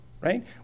Right